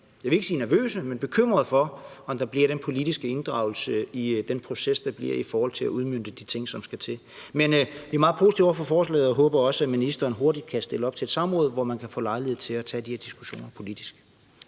jeg vil ikke sige nervøse, men bekymrede for, om der bliver den tilstrækkelige politiske inddragelse i den proces, der kommer, i forhold til at udmønte de ting, der skal udmøntes. Men vi er meget positive over for forslaget og håber også, at ministeren hurtigt kan stille op til et samråd, hvor vi kan få lejlighed til at tage de her diskussioner politisk.